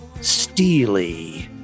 steely